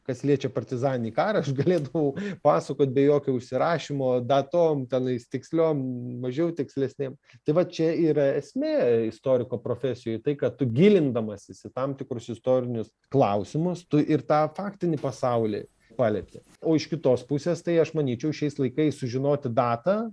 kas liečia partizaninį karą aš galėdavau pasakot be jokio užsirašymo datom tenais tiksliom mažiau tikslesnėm tai va čia yra esmė istoriko profesijoj tai kad tu gilindamasis į tam tikrus istorinius klausimus tu ir tą faktinį pasaulį palieti o iš kitos pusės tai aš manyčiau šiais laikais sužinoti datą